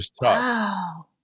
wow